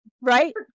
right